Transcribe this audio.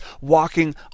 walking